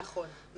נכון.